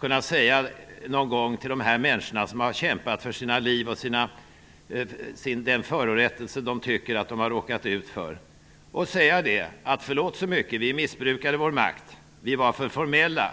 kunna säga någon gång till dessa människor, som har kämpat för sina liv och lidit av de förorättelser som de tycker att de har råkat ut för: Förlåt så mycket. Vi missbrukade vår makt. Vi, staten, var för formella.